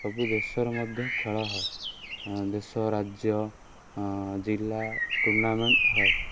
ସବୁ ଦେଶରେ ମଧ୍ୟ ଖେଳ ହୁଏ ଦେଶ ରାଜ୍ୟ ଜିଲ୍ଲା ଟୁର୍ଣ୍ଣାମେଣ୍ଟ୍ ହୁଏ